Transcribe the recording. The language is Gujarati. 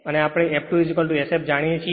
અને આપણે f2 Sf જાણીએ છીએ